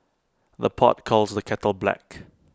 the pot calls the kettle black